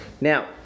Now